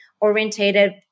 orientated